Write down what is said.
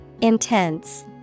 Intense